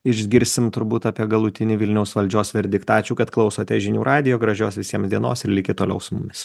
išgirsim turbūt apie galutinį vilniaus valdžios verdiktą ačiū kad klausote žinių radijo gražios visiems dienos ir likit toliau su mumis